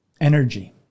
energy